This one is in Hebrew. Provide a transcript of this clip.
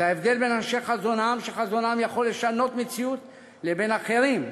את ההבדל בין אנשי חזון שחזונם יכול לשנות מציאות לבין אחרים,